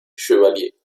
chevalier